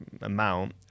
amount